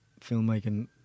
filmmaking